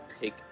pick